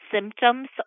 symptoms